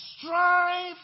Strive